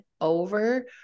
over